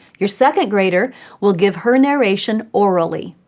your second grader will give her narration orally.